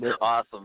Awesome